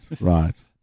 right